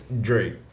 Drake